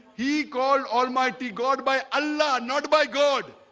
he called almighty god by allah not by god